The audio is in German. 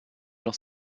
noch